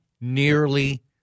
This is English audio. nearly